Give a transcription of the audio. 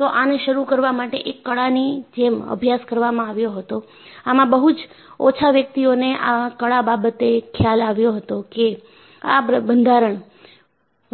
તો આને શરૂ કરવા માટે એક કળાની જેમ અભ્યાસ કરવામાં આવ્યો હતો આમાં બહુ જ ઓછા વ્યક્તિઓને આ કળા બાબતે ખ્યાલ આવ્યો હતો કે આ બંધારણ